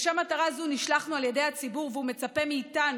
לשם מטרה זו נשלחנו על ידי הציבור והוא מצפה מאיתנו,